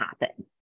happen